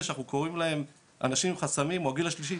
שאנחנו קוראים להם אנשים עם חסמים או הגיל השלישי.